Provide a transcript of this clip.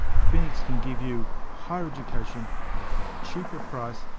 phoenix can give you higher education at a far cheaper price,